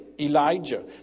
Elijah